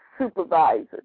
supervisors